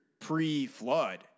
pre-flood